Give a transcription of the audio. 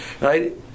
right